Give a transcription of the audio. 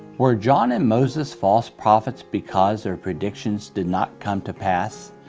were jonah and moses false prophets because their predictions did not come to pass?